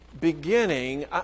beginning